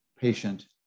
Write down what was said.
patient